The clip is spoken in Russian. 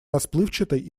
расплывчатой